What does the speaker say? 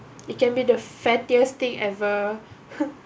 it can be the fattiest thing ever (pp)